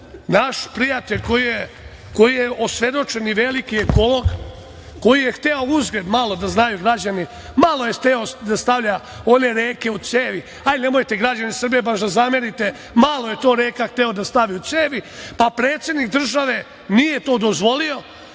naš prijatelj koji je osvedočeni veliki ekolog, koji je hteo uzgred, malo da znaju građani, malo je hteo da stavlja one reke u cevi, hajde, nemojte, građani Srbije, baš da zamerite, malo je to reka hteo da stavi u cevi, pa predsednik države nije to dozvolio